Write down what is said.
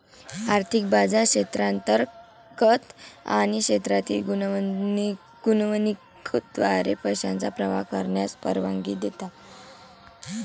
आर्थिक बाजार क्षेत्रांतर्गत आणि क्षेत्रातील गुंतवणुकीद्वारे पैशांचा प्रवाह करण्यास परवानगी देतात